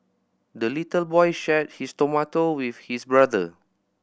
the little boy shared his tomato with his brother